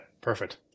Perfect